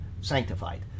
sanctified